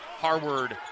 Harward